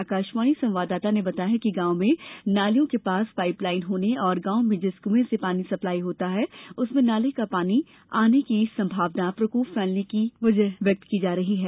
आकाशवाणी संवाददाता ने बताया है कि गांव में नालियों के पास पाईप लाईन होने और गांव मे जिस कुँऐ से पानी सप्लाई होता है उसमे नाले का पानी आने की सम्भावना प्रकोप फैलने की व्यक्त की जा रही है